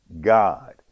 God